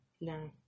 No